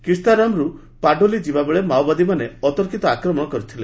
କିସ୍ତାରାମରୁ ପାଲୋଡି ଯିବାବେଳେ ମାଓବାଦୀମାନେ ଅତର୍କିତ ଆକ୍ରମଣ କରିଥିଲେ